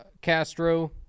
Castro